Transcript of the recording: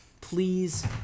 please